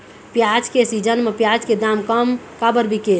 प्याज के सीजन म प्याज के दाम कम काबर बिकेल?